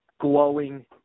glowing